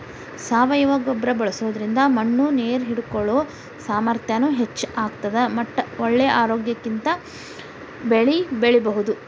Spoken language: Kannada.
ಸಾವಯವ ಗೊಬ್ಬರ ಬಳ್ಸೋದ್ರಿಂದ ಮಣ್ಣು ನೇರ್ ಹಿಡ್ಕೊಳೋ ಸಾಮರ್ಥ್ಯನು ಹೆಚ್ಚ್ ಆಗ್ತದ ಮಟ್ಟ ಒಳ್ಳೆ ಆರೋಗ್ಯವಂತ ಬೆಳಿ ಬೆಳಿಬಹುದು